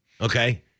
Okay